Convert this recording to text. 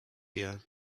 near